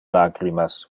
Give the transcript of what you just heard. lacrimas